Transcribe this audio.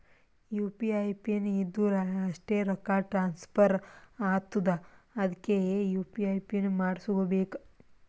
you P I PIN ಇದ್ದುರ್ ಅಷ್ಟೇ ರೊಕ್ಕಾ ಟ್ರಾನ್ಸ್ಫರ್ ಆತ್ತುದ್ ಅದ್ಕೇ ಯು.ಪಿ.ಐ ಪಿನ್ ಮಾಡುಸ್ಕೊಬೇಕ್